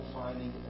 finding